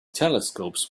telescopes